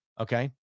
Okay